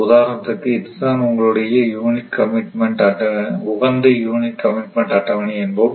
உதாரணத்துக்கு இதுதான் உங்களுடைய உகந்த யூனிட் கமிட்மெண்ட் அட்டவணை என்போம்